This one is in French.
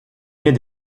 mets